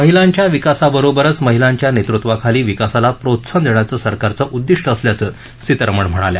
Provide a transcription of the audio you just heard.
महिलांच्या विकासाबरोबरच महिलांच्या नेतृत्वाखालील विकासाला प्रोत्साहन देण्याचं सरकारचं उद्दिष्ट असल्याचं सीतारामन म्हणाल्या